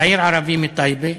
צעיר ערבי מטייבה